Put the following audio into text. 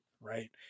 right